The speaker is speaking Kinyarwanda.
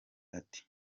ati